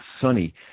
sunny